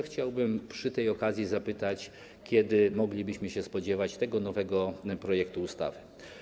Chciałbym przy tej okazji zapytać, kiedy moglibyśmy się spodziewać tego nowego projektu ustawy.